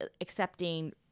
accepting